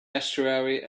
estuary